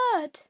bird